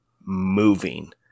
moving